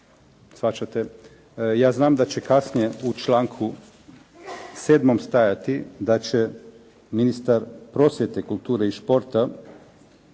shvaćate. Ja znam da će kasnije u članku 7. stajati da će ministar prosvjete, kulture i športa